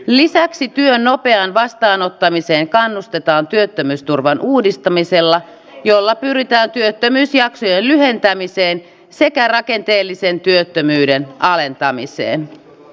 lisäksi työn nopeaan vastaanottamiseen kannustetaan työttömyysturvan uudistamisella jolla pyritään työttömyysjaksojen lyhentämiseen sekä rakenteellisen työttömyyden alentamiseen